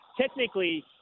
technically